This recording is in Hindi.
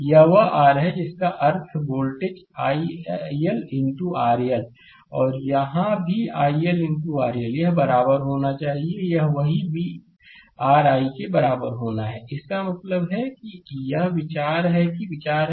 यह वह r है जिसका अर्थ है voltage i iL into RL और यहाँ भी iL इनटू RL यह बराबर होना चाहिए यह वही v r iके बराबर होना है इसका मतलब है कि यह विचार है कि विचार है